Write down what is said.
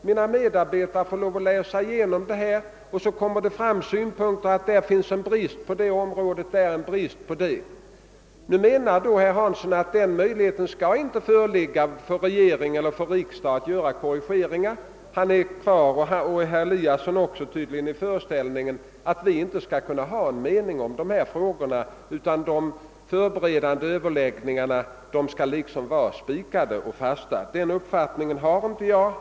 Mina medarbetare får läsa igenom förslaget och framlägga sina synpunkter. Men menar herr Hansson i Skegrie att möjligheten att göra korrigeringar inte skall föreligga för regering eller riksdag? Både herr Hansson i Skegrie och herr Eliasson tycks leva kvar i föreställningen, att regering och riksdag inte skall kunna ha en mening i dessa frågor, utan att vad som framkommit vid de förberedande överläggningarna skall vara avgörande. Den uppfattningen har inte jag.